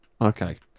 Okay